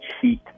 cheat